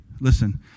Listen